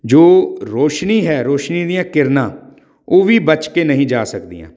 ਜੋ ਰੋਸ਼ਨੀ ਹੈ ਰੋਸ਼ਨੀ ਦੀਆਂ ਕਿਰਨਾਂ ਉਹ ਵੀ ਬਚ ਕੇ ਨਹੀਂ ਜਾ ਸਕਦੀਆਂ